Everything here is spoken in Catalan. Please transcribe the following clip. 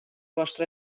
vostre